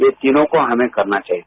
ये तीनों को हमें करना चाहिए